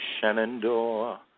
Shenandoah